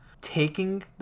Taking